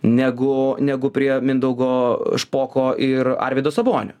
negu negu prie mindaugo špoko ir arvydo sabonio